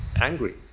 angry